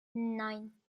nein